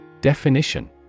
Definition